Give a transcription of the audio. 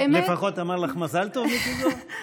לפחות אמר לך מזל טוב, מיקי זוהר?